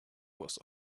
was